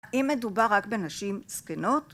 אם מדובר רק בנשים זקנות?